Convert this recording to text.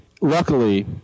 luckily